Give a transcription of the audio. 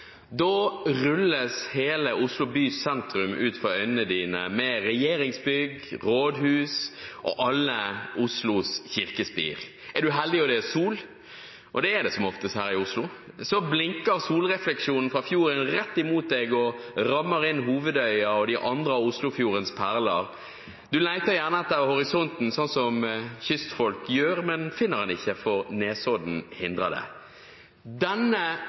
Da rulles hele Oslo bys sentrum ut for øynene dine med regjeringsbygg, rådhus og alle Oslos kirkespir. Er du heldig og det er sol, og det er det som oftest her i Oslo, blinker solrefleksjonen fra fjorden rett imot deg og rammer inn Hovedøya og de andre av Oslofjordens perler. Du leter gjerne etter horisonten sånn som kystfolk gjør, men finner den ikke fordi Nesodden hindrer det.